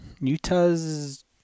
Utah's